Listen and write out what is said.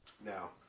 Now